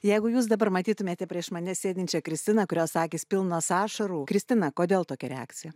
jeigu jūs dabar matytumėte prieš mane sėdinčią kristiną kurios akys pilnos ašarų kristina kodėl tokia reakcija